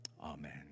Amen